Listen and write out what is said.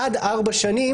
עד ארבע שנים.